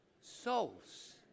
souls